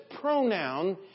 pronoun